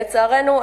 לצערנו,